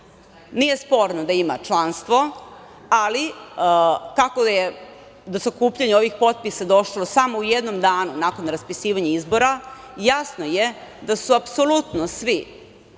Nije sporno da ima članstvo, ali kako je do sakupljanja ovih potpisa došlo samo u jednom danu nakon raspisivanja izbora, jasno je da su apsolutno svi